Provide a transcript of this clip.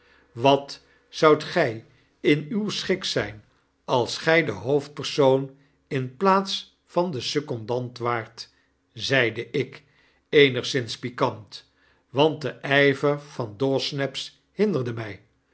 wat zoudt gg in uw schik zgn als gg de hoofdpersoon in plaats van den secondant waart zeide ik eenigszins pikant want de tjver van dawsnaps hinderde mg